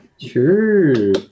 True